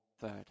third